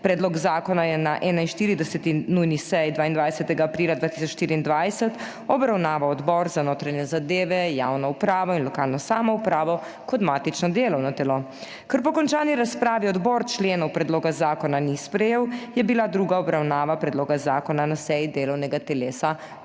Predlog zakona je na 41. nujni seji 22. aprila 2024 obravnaval Odbor za notranje zadeve, javno upravo in lokalno samoupravo kot matično delovno telo. Ker po končani razpravi odbor členov predloga zakona ni sprejel, je bila druga obravnava predloga zakona na seji delovnega telesa